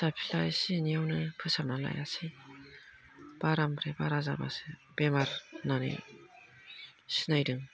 फिसा फिसा एसे एनैआवनो फोसाबना लायासै बारानिफ्राय बारा जाबासो बेमार होननानै सिनायदों